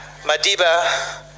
Madiba